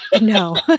No